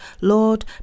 Lord